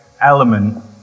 element